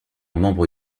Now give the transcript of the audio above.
membre